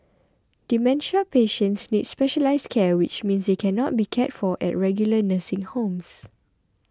dementia patients need specialised care which means they cannot be cared for at regular nursing homes